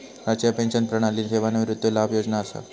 राष्ट्रीय पेंशन प्रणाली सेवानिवृत्ती लाभ योजना असा